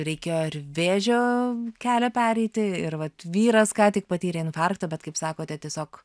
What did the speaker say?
reikėjo ir vėžio kelią pereiti ir vat vyras ką tik patyrė infarktą bet kaip sakote tiesiog